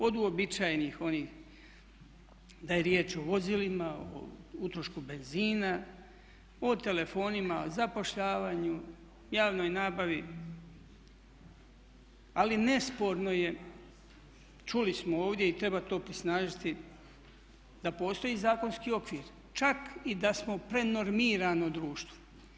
Od uobičajenih onih da je riječ o vozilima, o utrošku benzina, o telefonima, zapošljavanju, javnoj nabavi ali nesporno je čuli smo ovdje i treba to osnažiti da postoji zakonski okvir čak i da smo prenormirano društvo.